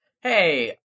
hey